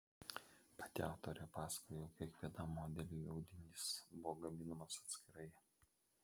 pati autorė pasakojo jog kiekvienam modeliui audinys buvo gaminamas atskirai